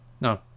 No